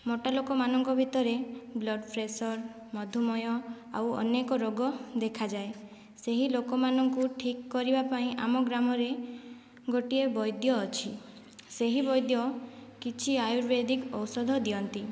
ମୋଟା ଲୋକମାନଙ୍କ ଭିତରେ ବ୍ଲଡ଼ ପ୍ରେସର ମଧୁମୟ ଆଉ ଅନେକ ରୋଗ ଦେଖାଯାଏ ସେହି ଲୋକମାନଙ୍କୁ ଠିକ୍ କରିବା ପାଇଁ ଆମ ଗ୍ରାମରେ ଗୋଟିଏ ବୈଦ୍ୟ ଅଛି ସେହି ବୈଦ୍ୟ କିଛି ଆୟୁର୍ବେଦିକ ଔଷଧ ଦିଅନ୍ତି